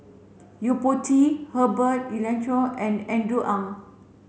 Yo Po Tee Herbert Eleuterio and Andrew Ang